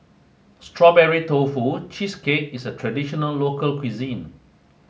Strawberry Tofu Cheesecake is a traditional local cuisine